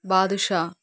badusha